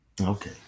Okay